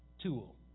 tool